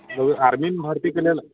ह्म्म आर्मीमे भर्तीके लेल